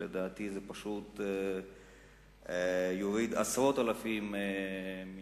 ולדעתי זה יוריד עשרות אלפים אם